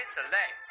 Select